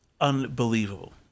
unbelievable